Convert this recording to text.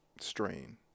strain